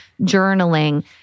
journaling